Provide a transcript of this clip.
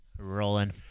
Rolling